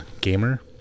gamer